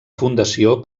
fundació